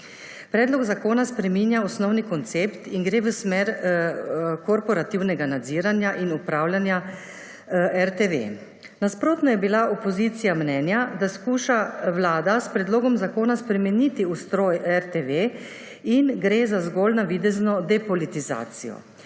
Predlog zakona spreminja osnovni koncept in gre v smer korporativnega nadziranja in upravljanja RTV. Nasprotno je bila opozicija mnenja, da skuša vlada s predlogom zakona spremeniti obstoj RTV in gre za zgolj navidezno depolitizacijo.